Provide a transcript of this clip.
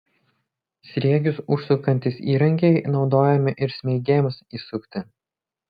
sriegius užsukantys įrankiai naudojami ir smeigėms įsukti